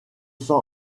sens